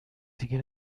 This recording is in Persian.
دیگه